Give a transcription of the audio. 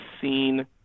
seen